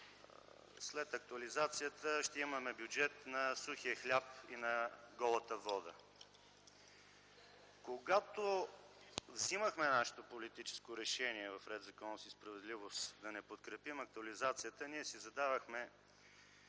след актуализацията ще имаме бюджет на „сухия хляб” и на „голата вода”. Когато взимахме нашето политическо решение в „Ред, законност и справедливост” – да не подкрепим актуализацията, си зададохме